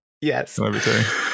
yes